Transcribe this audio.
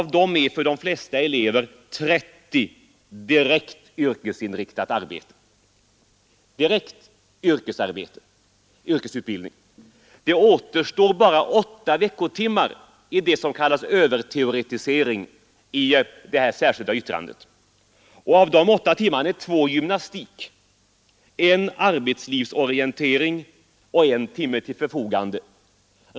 Av dem är för de flesta elever 30 anslagna till direkt yrkesutbildning. Det återstår bara åtta veckotimmar av det som kallas överteoretisering i det här särskilda yttrandet, och av de åtta timmarna är två gymnastik, en arbetslivsorientering och en ”timme till förfogande”.